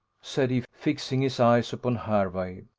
said he, fixing his eyes upon hervey,